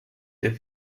der